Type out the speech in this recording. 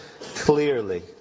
clearly